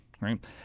right